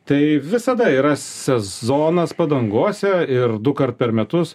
tai visada yra sezonas padangose ir dukart per metus